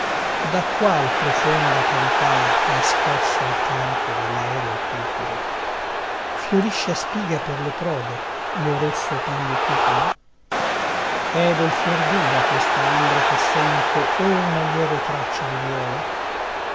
da qual profonda cavità mha scosso il canto dellaereo cuculo fiorisce a spiga per le prode il rosso pandicuculo è del fior duva questa ambra che sento o una lieve traccia di vïole